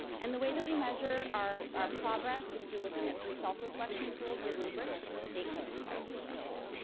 and the way that we measure our our progress is through looking at some self reflection tools and rubrics that the state has provided for us.